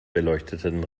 beleuchteten